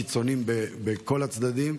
קיצוניים בכל הצדדים,